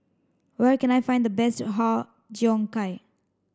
where can I find the best Har Cheong Gai